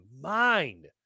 mind